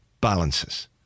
balances